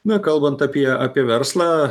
na kalbant apie apie verslą